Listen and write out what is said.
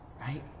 right